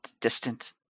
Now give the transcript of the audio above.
distant